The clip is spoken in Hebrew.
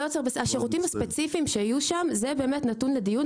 השירותים הספציפיים שיהיו שם זה דבר שנתון לדיון,